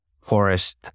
forest